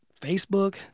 Facebook